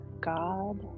God